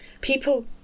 people